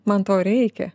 man to reikia